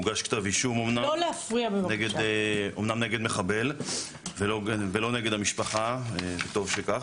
הוגש כתב אישום אמנם נגד מחבל ולא נגד המשפחה וטוב שכך.